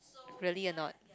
really or not